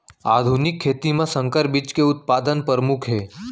आधुनिक खेती मा संकर बीज के उत्पादन परमुख हे